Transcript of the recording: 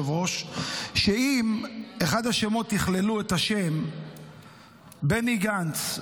שאם אחד השמות יהיה השם בני גנץ,